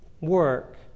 work